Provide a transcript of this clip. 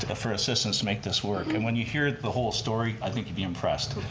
ah for assistance to make this work and when you hear the whole story, i think you'll be impressed.